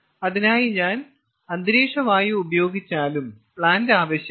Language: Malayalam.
അതിനായി ഞാൻ അന്തരീക്ഷ വായു ഉപയോഗിച്ചാലും പ്ലാന്റ് ആവശ്യമാണ്